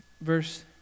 Verse